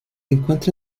encuentra